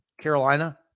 Carolina